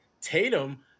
Tatum